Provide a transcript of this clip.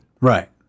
Right